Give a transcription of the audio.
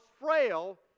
frail